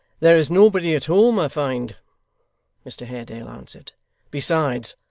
there is nobody at home, i find mr haredale answered besides,